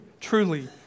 truly